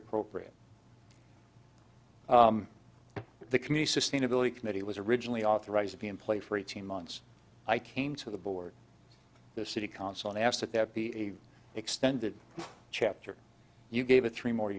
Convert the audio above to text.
appropriate for the community sustainability committee was originally authorized to be in place for eighteen months i came to the board the city council and asked that there be a extended chapter you gave it three more